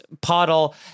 puddle